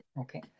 Okay